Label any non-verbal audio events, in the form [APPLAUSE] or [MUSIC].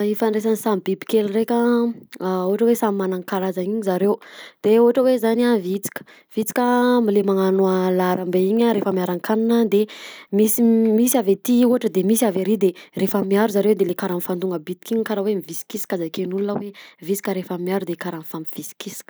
Ifandraisan'ny samy biby kely ndreka a [HESITATION] ohatra hoe samy manany karazany iny zareo de ohatry hoe zany a vitsika. Vitsika a! la magnano laharambe iny a refa miarakanina misy ny [HESITATION] misy avy aty ohatra de misy avy ery de refa miaro zareo de le karaha mifandona bitiky iny karaha hoe mivisikisiky zareo zakain'olona hoe ny visika refa miaro de karaha mifampi-visikisika.